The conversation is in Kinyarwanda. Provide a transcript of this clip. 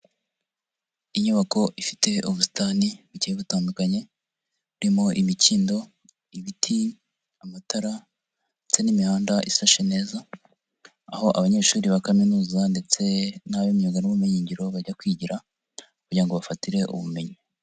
Inyubako ifite ubusitani bugiye butandukanye, irimo imikindo, ibiti, amatara ndetse n'imihanda isashe neza, aho abanyeshuri ba kaminuza ndetse n'ab'imyuga n'ubumenyingiro bajya kwigira kugira ngo bafatire ubumenyi.